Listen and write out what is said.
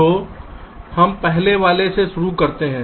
तो हम पहले वाले से शुरू करते हैं